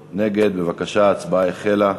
בבקשה, ההצבעה החלה.